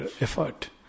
effort